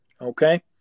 okay